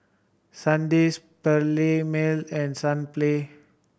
Sandisk Perllini Mel and Sunplay